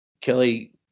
Kelly